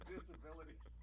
Disabilities